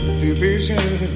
division